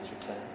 return